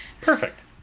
Perfect